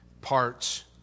parts